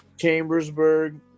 Chambersburg